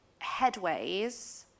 headways